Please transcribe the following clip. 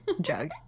jug